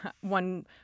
one